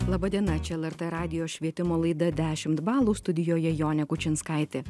laba diena čia lrt radijo švietimo laida dešimt balų studijoje jonė kučinskaitė